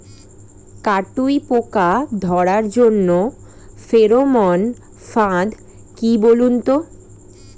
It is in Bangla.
কাটুই পোকা ধরার জন্য ফেরোমন ফাদ কি বলুন তো?